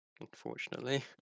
unfortunately